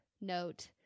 note